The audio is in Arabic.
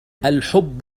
الحب